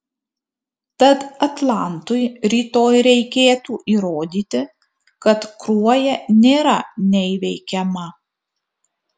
tad atlantui rytoj reikėtų įrodyti kad kruoja nėra neįveikiama